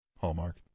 Hallmark